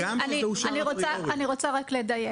אני רוצה רק לדייק.